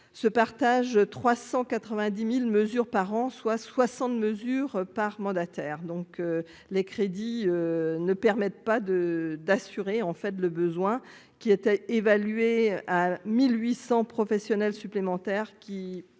se partagent 390000 mesures par an soit 60 mesures par mandataire donc les crédits ne permettent pas de d'assurer en fait le besoin qui était évalué à 1800 professionnels supplémentaires